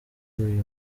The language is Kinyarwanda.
uyu